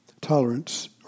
tolerance